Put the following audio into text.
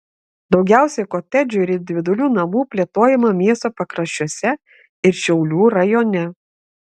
daugiausiai kotedžų ir individualių namų plėtojama miesto pakraščiuose ir šiaulių rajone